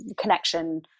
connection